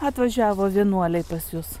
atvažiavo vienuoliai pas jus